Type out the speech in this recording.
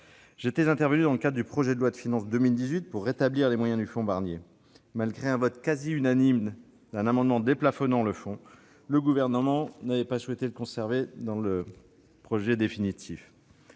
J'étais intervenu dans le cadre de l'examen du projet de loi de finances pour 2018 pour rétablir les moyens du fonds Barnier. Malgré un vote quasi unanime d'un amendement déplafonnant le fonds, le Gouvernement n'avait pas souhaité le conserver dans le texte définitif.